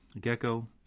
gecko